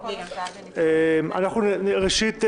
ראשית,